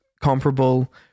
comparable